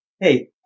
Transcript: Hey